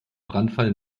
brandfall